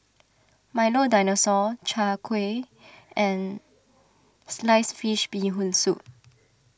Milo Dinosaur Chai Kuih and Sliced Fish Bee Hoon Soup